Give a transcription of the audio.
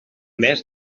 més